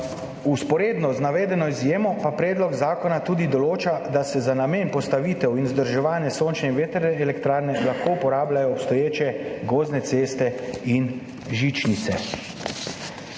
Vzporedno z navedeno izjemo pa predlog zakona tudi določa, da se za namen postavitve in vzdrževanja sončne in vetrne elektrarne lahko uporabljajo obstoječe gozdne ceste in žičnice.